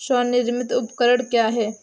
स्वनिर्मित उपकरण क्या है?